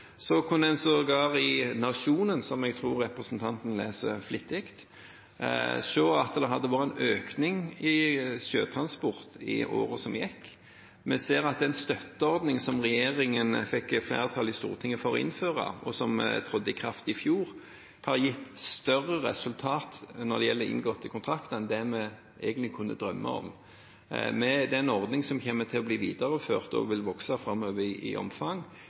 kunne en sågar i Nationen – som jeg tror representanten leser flittig – se at det var en økning i sjøtransport i året som gikk. Vi ser at den støtteordningen som regjeringen fikk flertall i Stortinget for å innføre, og som trådte i kraft i fjor, har gitt større resultater når det gjelder inngåtte kontrakter enn det vi egentlig kunne drømme om, en ordning som kommer til å bli videreført og vil vokse i omfang